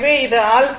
9o ஆகும்